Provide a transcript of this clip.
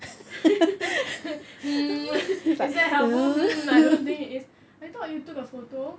hmm is that helpful hmm I don't think it is I thought you took a photo